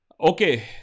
Okay